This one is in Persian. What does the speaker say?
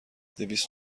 دویست